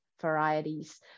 varieties